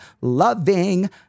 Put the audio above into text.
loving